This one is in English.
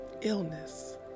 illness